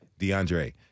DeAndre